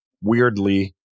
weirdly